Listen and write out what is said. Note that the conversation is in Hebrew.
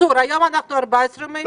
קיצור, היום אנחנו על 14 ימי בידוד.